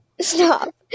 stop